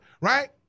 right